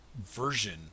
version